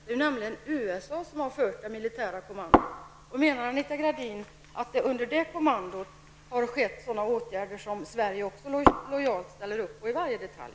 Det är nämligen USA som har fört det militära kommandot. Menar Anita Gradin att det under det kommandot har vidtagits sådana åtgärder som Sverige också lojalt ställer sig bakom i varje detalj?